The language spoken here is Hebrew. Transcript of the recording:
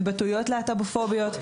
התבטאויות להט"בופוביות,